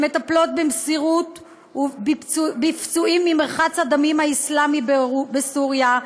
שמטפלים במסירות בפצועים ממרחץ הדמים האסלאמי בסוריה,